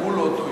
המולות,